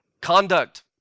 conduct